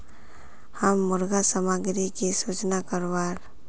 हम मुर्गा सामग्री की सूचना करवार?